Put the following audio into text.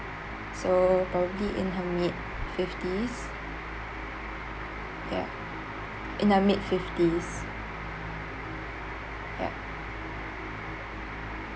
so probably in her mid fifties ya in her mid fifties ya